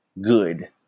good